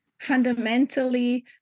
fundamentally